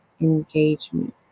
engagement